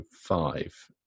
five